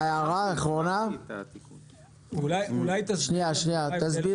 אולי תסביר